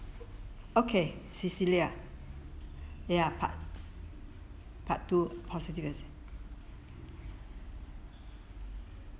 okay cecilia ya part part two positiveness